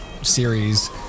Series